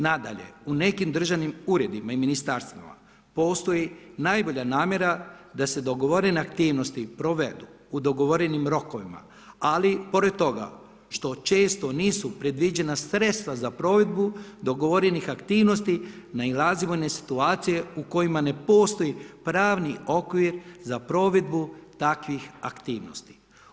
Nadalje, u nekim državnim uredima i ministarstvima postoji najbolja namjera da se dogovorene aktivnosti provedu u dogovorenim rokovima, ali pored toga, što često nisu predviđena sredstva za provedbu dogovorenih aktivnosti, nailazimo na situacije u kojima ne postoji pravni okvir za provedbu takvih aktivnosti.